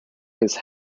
his